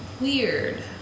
weird